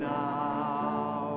now